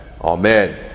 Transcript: Amen